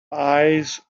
eyes